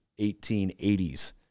1880s